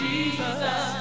Jesus